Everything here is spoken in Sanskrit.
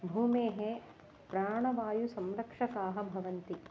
भूमेः प्राणवायुसंरक्षकाः भवन्ति